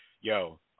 yo